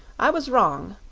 i was wrong.